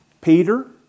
Peter